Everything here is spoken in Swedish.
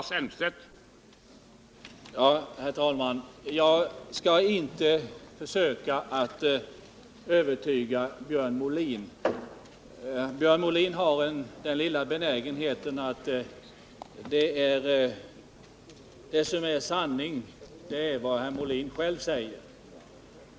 Herr talman! Jag skall inte försöka att övertyga Björn Molin. Björn Molin har en benägenhet att anse att det som är sanning är vad Björn Molin själv säger.